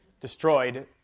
destroyed